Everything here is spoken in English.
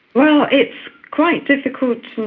well, it's quite difficult to